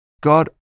God